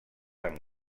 amb